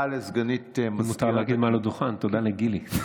אם מותר להגיד מעל הדוכן: תודה לגילי.